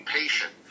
patient